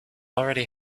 already